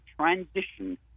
transition